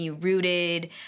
rooted